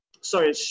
Sorry